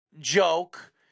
joke